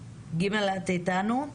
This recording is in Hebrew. ג', את איתנו?